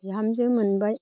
बिहामजों मोनबाय